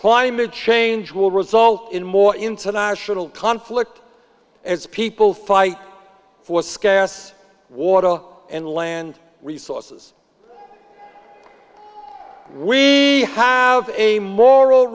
climate change will result in more international conflict as people fight for scarce water and land resources we have a moral